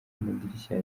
amadirishya